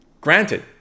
granted